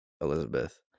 Elizabeth